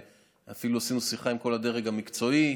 ואפילו עשינו שיחה עם כל הדרג המקצועי.